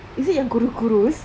is it yang kurus kurus